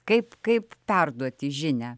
kaip kaip perduoti žinią